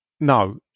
No